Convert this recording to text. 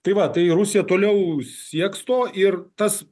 tai va tai rusija toliau sieks to ir tas